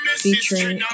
Featuring